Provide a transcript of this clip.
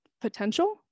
Potential